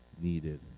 needed